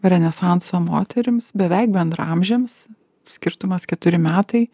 renesanso moterims beveik bendraamžėms skirtumas keturi metai